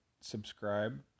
subscribe